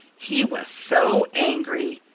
he was so angry.